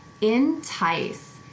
Entice